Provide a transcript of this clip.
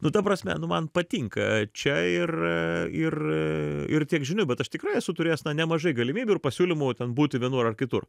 nu ta prasme nu man patinka čia ir ir ir tiek žinių bet aš tikrai esu turėjęs nemažai galimybių ir pasiūlymų ten būti vienur ar kitur